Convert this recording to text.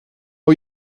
och